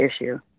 issue